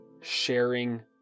sharing